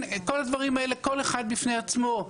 כל הדברים האלה, כל אחד בפני עצמו.